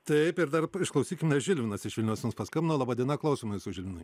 taip ir dar išklausykime žilvinas iš vilniaus mums paskambino laba diena klausom jūsų žilvinai